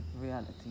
reality